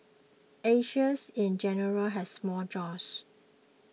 Asians in general has small jaws